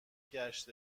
گشت